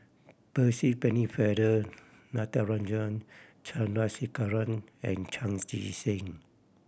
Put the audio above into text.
Percy Pennefather Natarajan Chandrasekaran and Chan Chee Seng